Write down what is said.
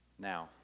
Now